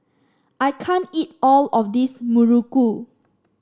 I can't eat all of this muruku